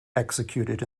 executed